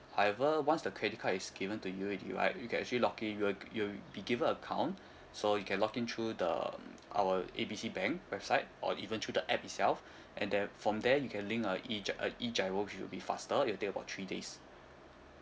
however once the credit card is given to you already right you can actually login you will you will be given account so you can login through the our A B C bank website or even through the app itself and then from there you can link uh E GI~ uh E GIRO which would be faster it will take about three days